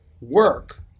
work